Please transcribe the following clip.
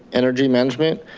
energy management,